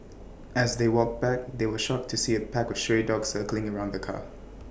as they walked back they were shocked to see A pack of stray dogs circling around the car